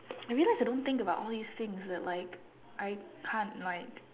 I realize I don't think about all these things that like I can't like